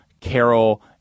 carol